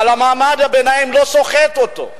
אבל מעמד הביניים לא סוחט אותו,